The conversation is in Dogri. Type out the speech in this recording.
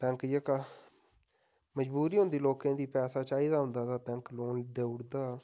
बैंक जेह्का मजबूरी होंदी लोकें दी पैसा चाहिदा होंदा तां बैंक लोन देई उड़दा